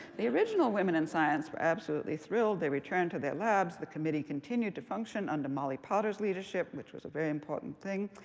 the original women in science were absolutely thrilled. they returned to their labs. the committee continued to function under molly potter's leadership, which was a very important thing.